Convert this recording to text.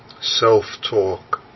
Self-talk